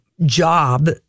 job